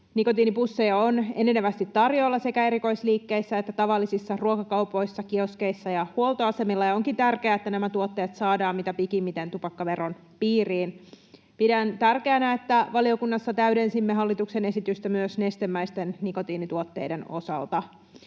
Nikotiinipusseja on enenevästi tarjolla sekä erikoisliikkeissä että tavallisissa ruokakaupoissa, kioskeissa ja huoltoasemilla, ja onkin tärkeää, että nämä tuotteet saadaan mitä pikimmiten tupakkaveron piiriin. Pidän tärkeänä, että valiokunnassa täydensimme hallituksen esitystä myös nestemäisten nikotiinituotteiden osalta.